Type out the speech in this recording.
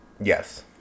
yes